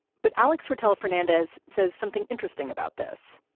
but alex fertel fernandez says something interesting about this,